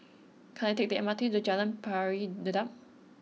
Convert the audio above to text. can I take the M R T to Jalan Pari Dedap